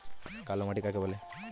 কালো মাটি কাকে বলে?